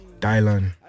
Dylan